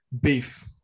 beef